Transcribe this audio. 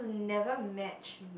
never match